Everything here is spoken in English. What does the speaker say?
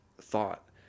thought